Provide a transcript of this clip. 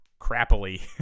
crappily